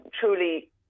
truly